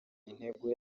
intego